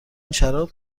شراب